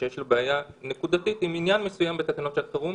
שיש לו בעיה נקודתית עם עניין מסוים בתקנות שעת חירום,